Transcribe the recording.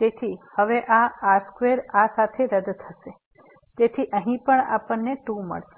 તેથી હવે આ r2 આ સાથે રદ થશે તેથી અહીં પણ આપણને 2 મળશે